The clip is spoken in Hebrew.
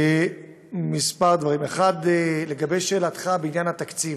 כמה דברים, 1. לשאלתך בעניין התקציב,